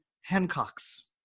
Hancock's